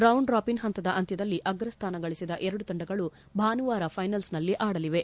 round robin ಪಂತದ ಅಂತ್ಯದಲ್ಲಿ ಅಗ್ರ ಸ್ವಾನ ಗಳಿಸಿದ ಎರಡು ತಂಡಗಳು ಭಾನುವಾರ ಫೈನಲ್ಸ್ನಲ್ಲಿ ಆಡಲಿವೆ